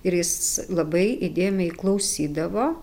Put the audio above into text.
ir jis labai įdėmiai klausydavo